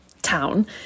town